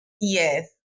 Yes